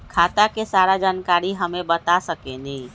खाता के सारा जानकारी हमे बता सकेनी?